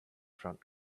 front